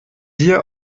dir